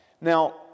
Now